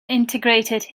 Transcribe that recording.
integrated